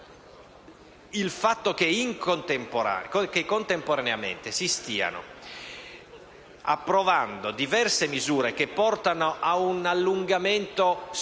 il fatto che contemporaneamente si stiano approvando diverse misure che portano a un allungamento spropositato